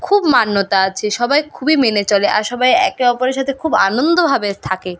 খুব মান্যতার আছে সবাই খুবই মেনে চলে আর সবাই একে অপরের সাথে খুব আনন্দভাবে থাকে